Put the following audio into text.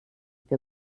wir